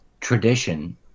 tradition